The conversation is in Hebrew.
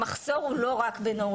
המחסור הוא לא רק בנוירולוגיה.